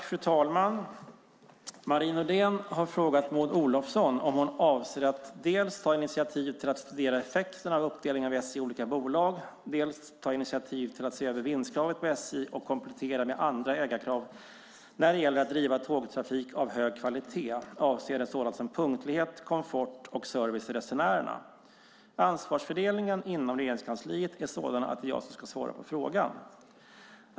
Fru talman! Marie Nordén har frågat Maud Olofsson om hon avser att dels ta initiativ till att studera effekterna av uppdelningen av SJ i olika bolag, dels ta initiativ till att se över vinstkravet på SJ och komplettera med andra ägarkrav när det gäller att driva tågtrafik av hög kvalitet avseende sådant som punktlighet, komfort och service till resenärerna. Ansvarsfördelningen inom Regeringskansliet är sådan att det är jag som ska svara på frågan.